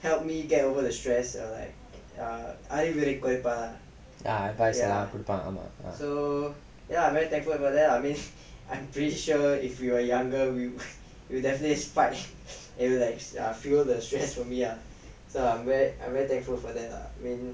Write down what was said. advice எல்லாம் குடுப்பான் ஆமா:ellaam kuduppaan